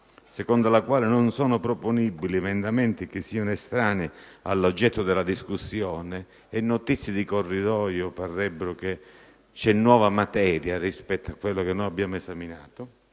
secondo la quale non sono proponibili emendamenti che siano estranei all'oggetto della discussione -» (e da notizie di corridoio pare ci sia nuova materia rispetto a quanto già esaminato)